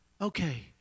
okay